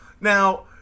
Now